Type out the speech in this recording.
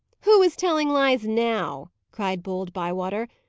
who is telling lies now? cried bold bywater.